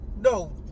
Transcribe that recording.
no